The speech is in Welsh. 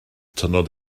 tynnodd